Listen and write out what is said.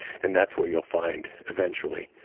and that's where you'll find, eventually.